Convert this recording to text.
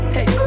Hey